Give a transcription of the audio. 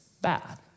bad